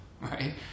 right